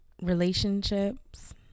Relationships